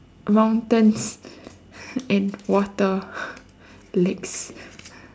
mountains and water lakes